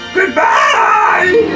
Goodbye